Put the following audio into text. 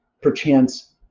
perchance